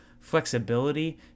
flexibility